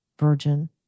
virgin